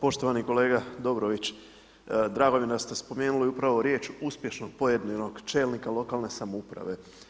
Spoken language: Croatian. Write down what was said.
Poštovani kolega Dobrović, drago mi je da ste spomenuli upravo riječ uspješno pojedinog čelnika lokalne samouprave.